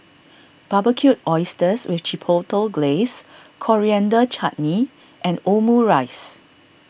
Barbecued Oysters with Chipotle Glaze Coriander Chutney and Omurice